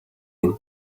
энэ